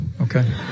okay